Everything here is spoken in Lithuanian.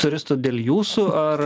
turistų dėl jūsų ar